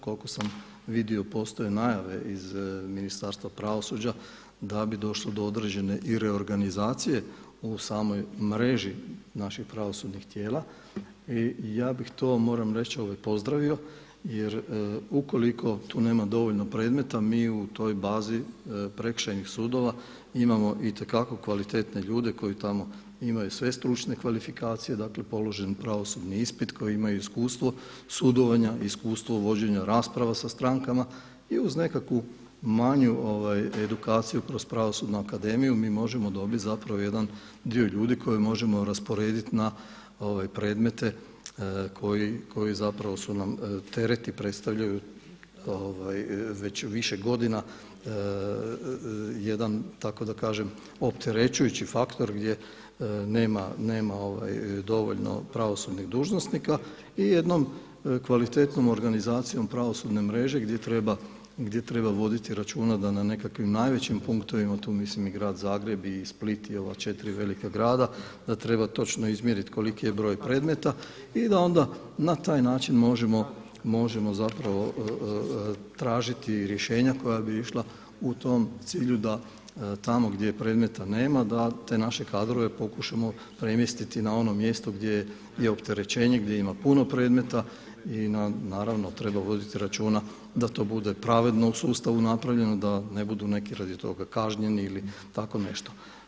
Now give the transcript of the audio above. Koliko sam vidio postoje najave iz Ministarstva pravosuđa da bi došlo do određene i reorganizacije u samoj mreži naših pravosudnih tijela i ja bih to moram reći pozdravio jer ukoliko tu nema dovoljno predmeta mi u toj bazi prekršajnih sudova imamo itekako kvalitetne ljude koji imaju tamo sve stručne kvalifikacije, dakle položen pravosudni ispit koji imaju iskustvo sudovanja, iskustvo vođenja rasprava sa strankama i uz nekakvu manju edukaciju kroz Pravosudnu akademiju mi možemo dobiti jedan dio ljudi koji možemo rasporediti na ove predmete koji su nam teret i predstavljaju već više godina jedan tako da kažem opterećujući faktor gdje nama dovoljno pravosudnih dužnosnika i jednom kvalitetnom organizacijom pravosudne mreže gdje treba voditi računa da na nekakvim najvećim punktovima, tu mislim i grad Zagreb i Split i ova četiri velika grada da treba točno izmjeriti koliki je broj predmeta i da onda na taj način možemo zapravo tražiti rješenja koja bi išla u tom cilju da tamo gdje predmeta nema da te naše kadrove pokušamo premjestiti na ono mjesto gdje je opterećenje, gdje ima puno predmeta i naravno treba voditi računa da to bude pravedno u sustavu napravljeno, da ne budu neki radi toga kažnjeni ili tako nešto.